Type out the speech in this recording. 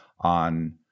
on